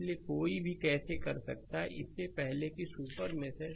इसलिए कोई भी कैसे कर सकता है इससे पहले कि वह सुपर मेष है